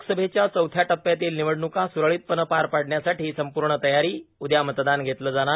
लोकसभेच्या चौथ्या टप्प्यातील निवडणुका सुरळीतपणे पार पडण्यासाठी संपूर्ण तयारी उद्या मतदान घेतलं जाणार